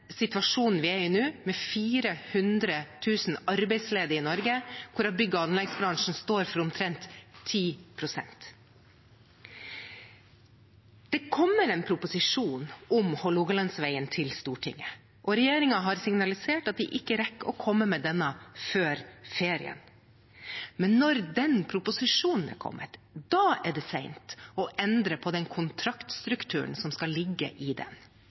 situasjonen vi er i nå, med 400 000 arbeidsledige i Norge, hvorav bygg- og anleggsbransjen står for omtrent 10 pst. Det kommer en proposisjon om Hålogalandsvegen til Stortinget, og regjeringen har signalisert at de ikke rekker å komme med den før ferien. Men når den proposisjonen har kommet, er det sent å endre på den kontraktstrukturen som skal ligge i den.